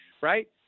right